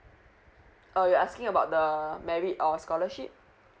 uh you're asking about the merit or scholarship